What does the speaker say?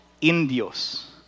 Indios